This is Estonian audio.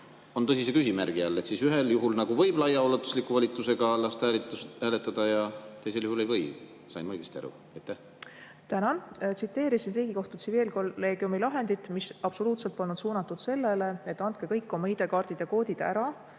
ju tõsise küsimärgi all. Ühel juhul nagu võib laiaulatusliku volitusega lasta hääletada ja teisel juhul ei või. Sain ma õigesti aru? Tänan! Ma tsiteerisin Riigikohtu tsiviilkolleegiumi lahendit, mis absoluutselt polnud suunatud sellele, et andke kõik oma ID-kaardid ja koodid ära.